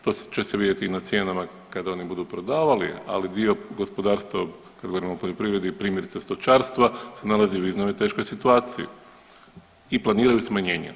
To će se vidjeti i na cijenama kada oni budu prodavali, ali dio gospodarstva kada govorim o poljoprivredi primjerice stočarstva se nalazi u jednoj teškoj situaciji i planiraju smanjenje.